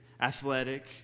athletic